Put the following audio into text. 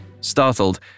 Startled